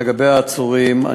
לגבי העצורים,